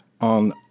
on